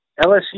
LSU